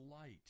light